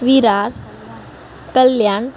Virar Kalyan